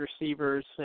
receivers